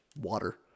water